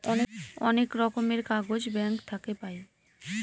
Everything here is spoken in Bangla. অনেক রকমের কাগজ ব্যাঙ্ক থাকে পাই